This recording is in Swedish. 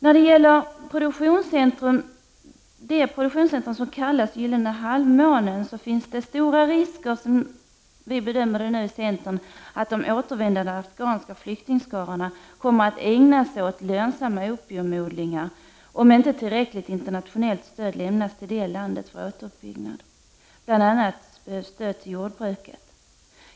När det gäller det produktionscentrum som kallas Gyllene halvmånen finns det stora risker — som vi bedömer det i centern — att de återvändande afghanska flyktingskarorna kan komma att ägna sig åt lönsamma opiumodlingar, om inte tillräckligt internationellt stöd lämnas till landet för återuppbyggnaden, bl.a. stöd till jordbruket.